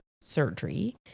surgery